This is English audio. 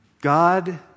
God